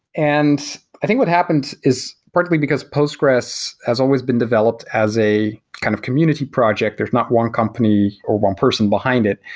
and i think what happens is partly because postgres has always been developed as a kind of community project. there's not one company or one person behind it.